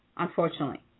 Unfortunately